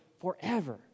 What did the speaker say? forever